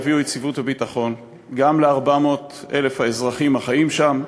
יביאו יציבות וביטחון גם ל-400,000 האזרחים החיים שם,